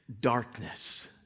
darkness